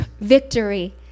victory